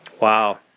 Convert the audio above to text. Wow